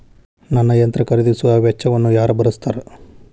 ನನ್ನ ಯಂತ್ರ ಖರೇದಿಸುವ ವೆಚ್ಚವನ್ನು ಯಾರ ಭರ್ಸತಾರ್?